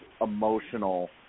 emotional